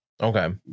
okay